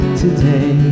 today